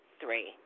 three